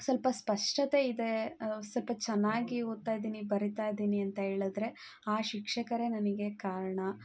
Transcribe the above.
ಸ್ವಲ್ಪ ಸ್ಪಷ್ಟತೆ ಇದೆ ಸ್ವಲ್ಪ ಚೆನ್ನಾಗಿ ಓದ್ತಾ ಇದ್ದೀನಿ ಬರೀತಾ ಇದ್ದೀನಿ ಅಂತ ಹೇಳಿದ್ರೆ ಆ ಶಿಕ್ಷಕರೇ ನನಗೆ ಕಾರಣ